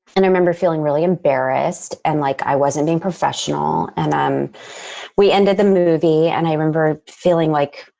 and remember feeling really embarrassed and like i wasn't being professional and um we ended the movie and i remember feeling like,